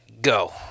Go